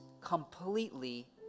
completely